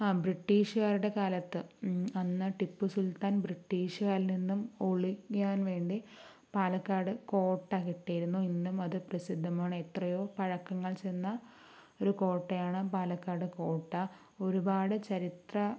ആ ബ്രിട്ടീഷ്കാരുടെ കാലത്ത് അന്ന് ടിപ്പു സുൽത്താൻ ബ്രിട്ടീഷുകാരിൽ നിന്നും ഒളിക്കാൻ വേണ്ടി പാലക്കാട് കോട്ട കെട്ടിയിരുന്നു ഇന്നും അത് പ്രസിദ്ധമാണ് എത്രയോ പഴക്കങ്ങൾ ചെന്ന ഒരു കോട്ടയാണ് പാലക്കാട് കോട്ട ഒരുപാട് ചരിത്ര